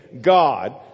God